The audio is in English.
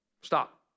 Stop